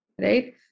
right